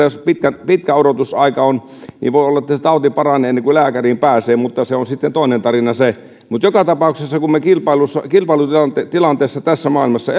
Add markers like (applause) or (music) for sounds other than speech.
(unintelligible) jos on pitkä odotusaika voi olla että se tauti paranee ennen kuin lääkäriin pääsee mutta se on sitten toinen tarina se mutta joka tapauksessa kun me kilpailutilanteessa tässä maailmassa (unintelligible)